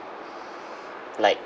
like